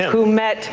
who met